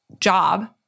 job